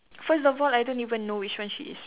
first of all I don't even know which one she is